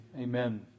amen